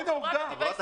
הנה, עובדה שלא.